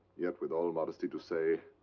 yet with all modesty to say.